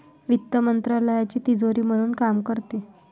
वित्त मंत्रालयाची तिजोरी म्हणून काम करते